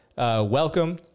Welcome